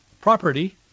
property